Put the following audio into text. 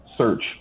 search